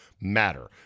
matter